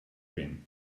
cream